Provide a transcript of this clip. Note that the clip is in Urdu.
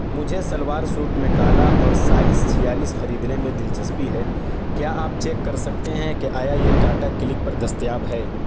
مجھے شلوار سوٹ میں کالا اور سائز چھیالیس خریدنے میں دلچسپی ہے کیا آپ چیک کر سکتے ہیں کہ آیا یہ ٹاٹا کلک پر دستیاب ہے